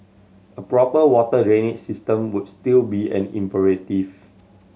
a proper water drainage system would still be an imperatives